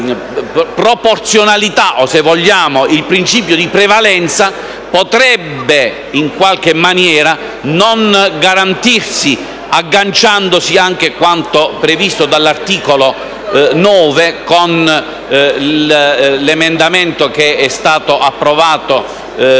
di proporzionalità o, se vogliamo, il principio di prevalenza potrebbe, in qualche maniera, non garantirsi, agganciandosi anche a quanto previsto dall'articolo 9, con l'emendamento che è stato proposto dal